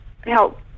help